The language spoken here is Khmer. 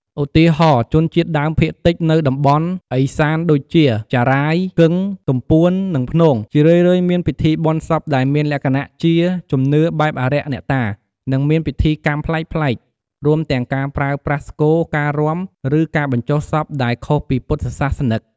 ឧទាហរណ៍ ជនជាតិដើមភាគតិចនៅតំបន់ឦសានដូចជា ចារ៉ាយ គ្រឹង ទំពួន និងព្នង ជារឿយៗមានពិធីបុណ្យសពដែលមានលក្ខណៈជាជំនឿបែបអារក្សអ្នកតា និងមានពិធីកម្មប្លែកៗ រួមទាំងការប្រើប្រាស់ស្គរ ការរាំ ឬការបញ្ចុះសពដែលខុសពីពុទ្ធសាសនិក។